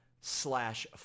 slash